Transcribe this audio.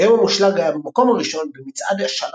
היום המושלג היה במקום הראשון ב"מצעד השאלת